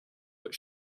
but